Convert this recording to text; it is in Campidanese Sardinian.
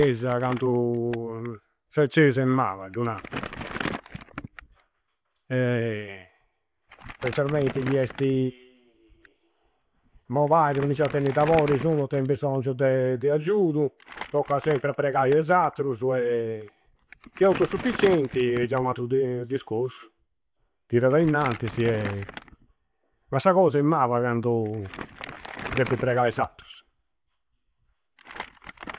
E sa, candu sa eccesa è maba, du nanta. Specialmenti chi esti mobadiu, comminciada a tenni daborisi unu, tei bisongiu de. De aggiudu. Tocca sempri a pregai a is attrusu e chi è autosufficienti è giai u attru di. Discorsu. Tirada innantisi e. Ma sa cosa è maba candu deppi pregai is attrusu.